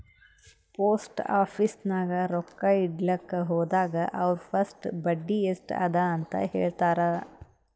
post office ನಾಗ್ ರೊಕ್ಕಾ ಇಡ್ಲಕ್ ಹೋದಾಗ ಅವ್ರ ಫಸ್ಟ್ ಬಡ್ಡಿ ಎಸ್ಟ್ ಅದ ಅಂತ ಹೇಳ್ತಾರ್